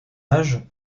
âge